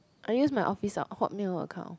I use my office uh Hotmail account